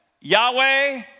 Yahweh